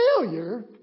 failure